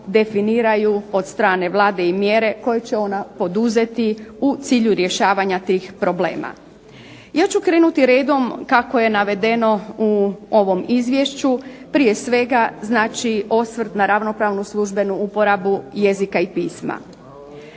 definiraju od strane Vlade mjere koje će ona poduzeti u cilju rješavanja tih problema. Ja ću krenuti redom kako je navedeno u ovom izvješću, prije svega osvrt na ravnopravnu službenu uporabu jezika i pisma.